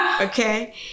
okay